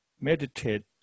meditate